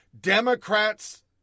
Democrats